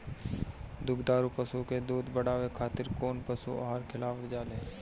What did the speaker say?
दुग्धारू पशु के दुध बढ़ावे खातिर कौन पशु आहार खिलावल जाले?